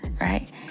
right